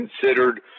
considered